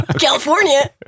California